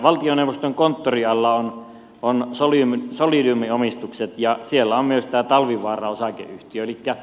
valtioneuvoston konttorin alla on solidiumin omistukset ja siellä on myös talvivaara osakeyhtiö